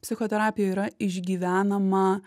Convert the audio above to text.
psichoterapijoj yra išgyvenama